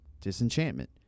disenchantment